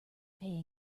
pay